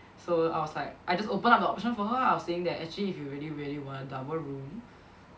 so I was like I just open up a option for her ah I was saying that actually if you really really want a double room